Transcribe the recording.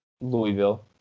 Louisville